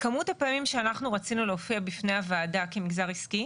כמות הפעמים שאנחנו רצינו להופיע בפני הוועדה כמגזר עסקי